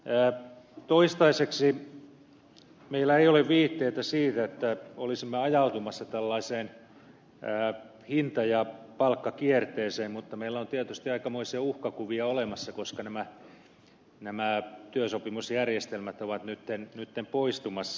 mutta toistaiseksi meillä ei ole viitteitä siitä että olisimme ajautumassa tällaiseen hinta ja palkkakierteeseen mutta meillä on tietysti aikamoisia uhkakuvia olemassa koska nämä työsopimusjärjestelmät ovat nyt poistumassa